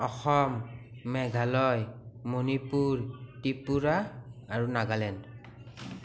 অসম মেঘালয় মণিপুৰ ত্ৰিপুৰা আৰু নাগালেণ্ড